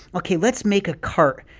ok, let's make a cart.